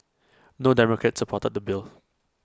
no democrats supported the bill